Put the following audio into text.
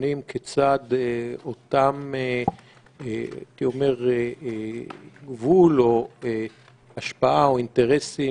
בוחנים כיצד הייתי אומר גבול או השפעה או אינטרסים